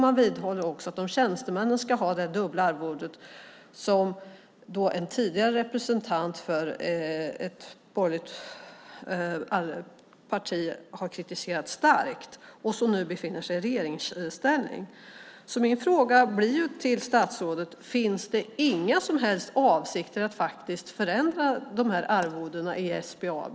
Man vidhåller alltså att tjänstemännen ska ha detta dubbla arvode som en tidigare representant för ett borgerligt parti, som nu befinner sig i regeringsställning, har kritiserat starkt. Min fråga till statsrådet blir: Finns det inga som helst avsikter att faktiskt förändra dessa arvoden i SBAB?